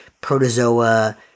protozoa